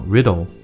Riddle